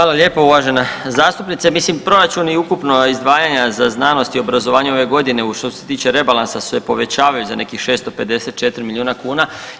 Hvala lijepo uvažena zastupnice, mislim proračun i ukupna izdvajanja za znanost i obrazovanje ove godine što se tiče rebalansa se povećavaju za nekih 654 miliona kuna.